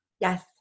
Yes